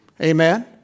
Amen